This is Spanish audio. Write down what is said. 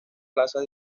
plazas